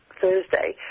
Thursday